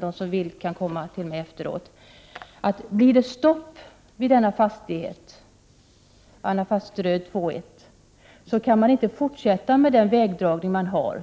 de som vill kan komma till mig efteråt och se efter — att om det skulle bli stopp vid fastigheten Anfasteröd 2:1 så kan man inte fortsätta med den aktuella vägsträckningen.